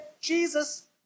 Jesus